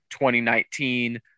2019